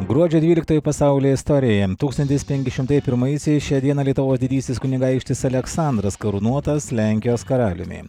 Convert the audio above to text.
gruodžio dvyliktoji pasaulio istorijoje tūkstantis penki šimtai pirmaisiais šią dieną lietuvos didysis kunigaikštis aleksandras karūnuotas lenkijos karaliumi